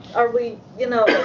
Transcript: are we, you know,